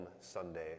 Sunday